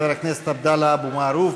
חבר הכנסת עבדאללה אבו מערוף,